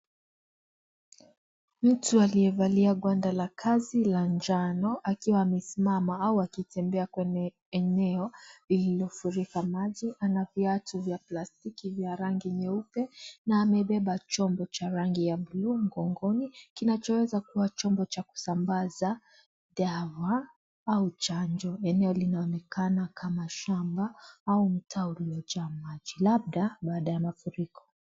Mtu aliyevalia gwanda la kazi la njano, akiwa amesimama au akitembea kwenye eneo lililofurika maji, ana viatu vya plastiki vya rangi nyeupe na amebeba chombo cha rangi ya bluu mgongoni ,kinachoweza kuwa chombo cha kusambaza dawa au chanjo. Eneo linaloonekana kama shamba au mtaa uliojaa maji, labda baada ya mafuriko.